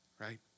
right